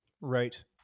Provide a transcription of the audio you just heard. Right